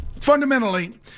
fundamentally